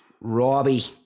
Robbie